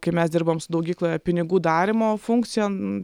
kai mes dirbam sudaugykloje pinigų darymo funkcija